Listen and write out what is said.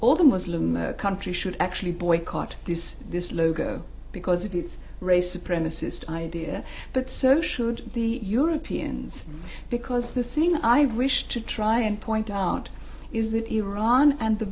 all the muslim countries should actually boycott this this logo because of its race apprentices idea but so should the europeans because the thing i wish to try and point out is that iran and the